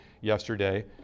yesterday